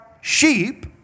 sheep